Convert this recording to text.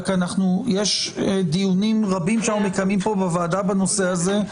יש דיונים רבים שאנו מקיימים בוועדה בנושא הזה.